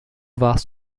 warst